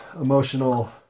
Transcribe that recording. emotional